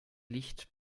licht